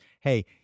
Hey